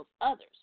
others